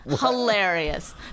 hilarious